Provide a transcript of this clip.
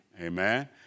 amen